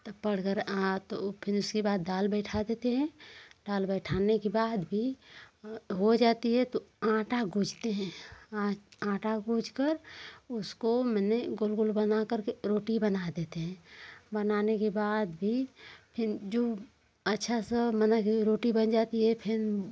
तो पढ़कर तो फिर उसके बाद दाल बैठा देते हैं दाल बैठाने के बाद भी हो जाती है तो आटा गूथते हैं आटा गूथकर उसको मैंने गोल गोल बना करके रोटी बना देते हैं बनाने के बाद भी फिर जो अच्छा सा मतलब कि रोटी बन जाती है फिर